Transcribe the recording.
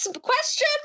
Question